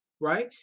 Right